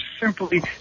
simply